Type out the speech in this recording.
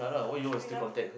train off